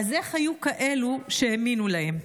אז איך היו כאלה שהאמינו להן?